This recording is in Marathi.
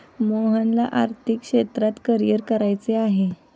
मोहनला आर्थिक क्षेत्रात करिअर करायचे आहे